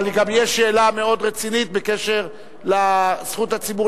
אבל גם יש שאלה מאוד רצינית בקשר לזכות הציבור